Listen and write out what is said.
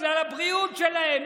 בגלל הבריאות שלהם,